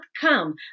come